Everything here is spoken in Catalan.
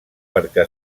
perquè